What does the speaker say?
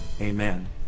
amen